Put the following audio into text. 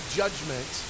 judgment